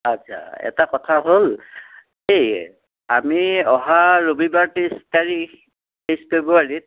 আচ্ছা এটা কথা হ'ল এই আমি অহা ৰবিবাৰ ত্ৰিছ তাৰিখ ত্ৰিছ ফেব্ৰুৱাৰীত